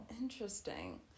interesting